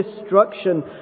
destruction